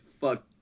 Fuck